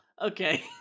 Okay